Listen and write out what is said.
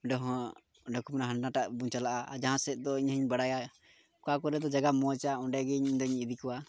ᱚᱸᱰᱮ ᱦᱚᱸ ᱚᱸᱰᱮ ᱠᱷᱚᱱ ᱦᱟᱱᱟᱴᱟᱜ ᱵᱚᱱ ᱪᱟᱞᱟᱜᱼᱟ ᱡᱟᱦᱟᱸ ᱥᱮᱫ ᱫᱚ ᱤᱧ ᱦᱚᱧ ᱵᱟᱲᱟᱭᱟ ᱚᱠᱟ ᱠᱚᱨᱮ ᱫᱚ ᱡᱟᱭᱜᱟ ᱢᱚᱡᱽᱼᱟ ᱚᱸᱰᱮ ᱜᱮ ᱤᱧᱫᱚᱧ ᱤᱫᱤ ᱠᱚᱣᱟ